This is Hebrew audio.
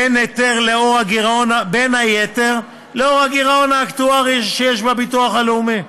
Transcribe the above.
בין היתר לאור הגירעון האקטוארי של הביטוח הלאומי.